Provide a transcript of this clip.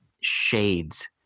shades